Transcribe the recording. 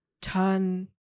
turn